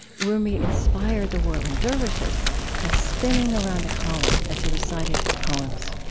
rumi inspired the whirling dervishes by spinning around a column as he recited his poems